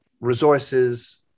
resources